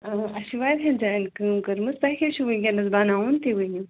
آ اَسہِ چھِ واریاہَن جایَن کٲم کٔرمٕژ تۄہہِ کیٛاہ چھُو وٕنۍکٮ۪نَس بَناوُن تہِ ؤنِو